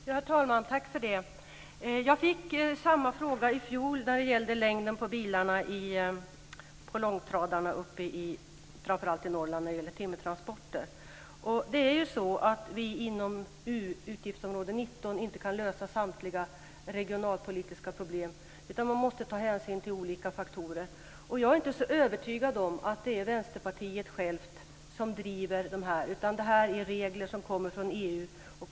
Herr talman! Jag fick samma fråga i fjol om längden på långtradarna vid timmertransporter i Norrland. Vi kan inte inom utgiftsområde 19 lösa samtliga regionalpolitiska problem. Man måste ta hänsyn till olika faktorer. Jag är inte så övertygad om att det är Vänsterpartiet självt som driver frågan. Det är regler som kommer från EU.